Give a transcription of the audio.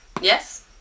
Yes